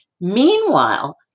Meanwhile